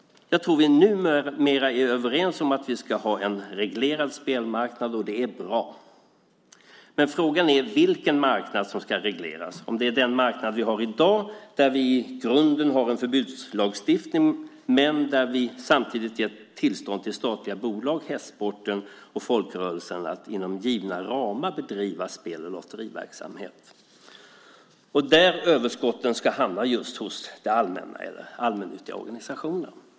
Jag tror att vi numera är överens om att vi ska ha en reglerad spelmarknad, och det är bra. Men frågan är vilken marknad som ska regleras. Är det den marknad vi har i dag, där vi i grunden har en förbudslagstiftning men samtidigt ger tillstånd till statliga bolag, hästsporten och folkrörelserna att inom givna ramar bedriva spel och lotteriverksamhet? Överskotten ska hamna hos det allmänna eller hos allmännyttiga organisationer.